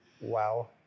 Wow